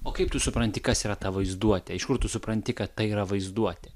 o kaip tu supranti kas yra ta vaizduotė iš kur tu supranti kad tai yra vaizduotė